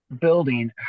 building